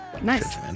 Nice